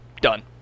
Done